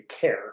care